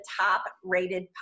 top-rated